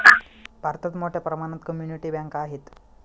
भारतात मोठ्या प्रमाणात कम्युनिटी बँका आहेत